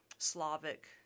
Slavic